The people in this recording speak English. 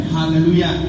Hallelujah